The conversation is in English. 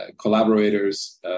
collaborators